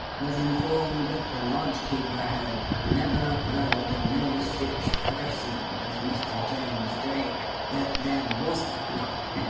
was informed that the lodgekeeper had never heard of no sich person as mr. james drake that there wasn't none,